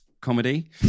comedy